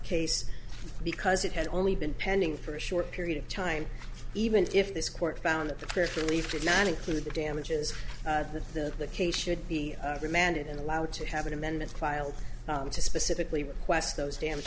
case because it had only been pending for a short period of time even if this court found that the person leave did not include the damages that the case should be remanded and allowed to have an amendment filed to specifically request those damage